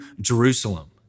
Jerusalem